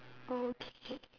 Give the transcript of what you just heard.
okay